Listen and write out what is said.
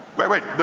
wait,